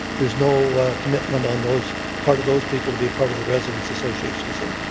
there's no commitment on those part of those people to be a part of the residents association, is there?